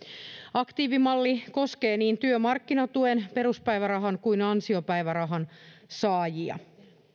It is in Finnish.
aktiivimalli koskee niin työmarkkinatuen peruspäivärahan kuin ansiopäivärahan saajia